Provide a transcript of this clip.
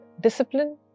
discipline